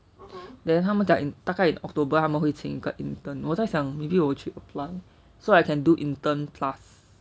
then 他们讲大概 october 他们会请一个 intern 我在想 maybe 我去 apply so maybe I can do intern plus